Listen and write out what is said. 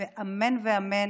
ואמן ואמן